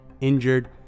injured